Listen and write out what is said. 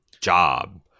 job